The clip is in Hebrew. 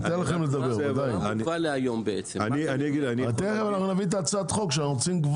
תכף נקריא את הצעת החוק.